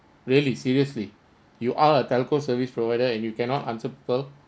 really seriously you are a telco service provider and you cannot answer people